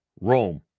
Rome